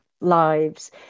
lives